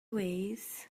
ways